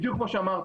בדיוק כמו שאמרת,